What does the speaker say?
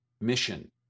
mission